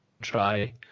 try